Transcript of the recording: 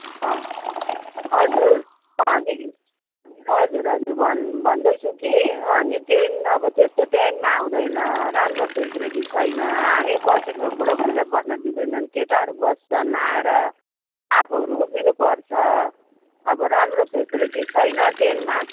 अँ हजुर अँ नि हजुर हजुर भन् भन्दैछु कि अँ नि ट्रेन अब त्यस्तो टाइममा आउँदैन राम्रो फेसेलेटी छैन हामी बसेको बुढाबुढीलाई बस्न दिँदैनन् केटाहरू बस्छन् आएर आफूहरू उभिनुपर्छ अब राम्रो फेसेलेटी छैन ट्रेनमा